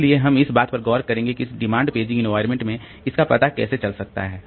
इसलिए हम इस बात पर गौर करेंगे कि इस डिमांड पेजिंग इन्वायरमेंट में इसका पता कैसे चल सकता है